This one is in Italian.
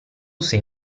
sei